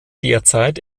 derzeit